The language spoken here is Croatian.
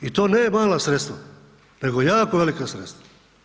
I to ne mala sredstva nego jako velika sredstva.